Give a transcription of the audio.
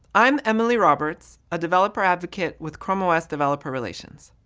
i'm emilie roberts, a developer advocate with chrome os developer relations.